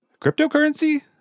cryptocurrency